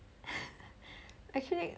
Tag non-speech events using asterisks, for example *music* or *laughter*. *laughs* actually